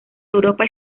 europa